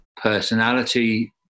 Personality